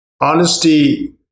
Honesty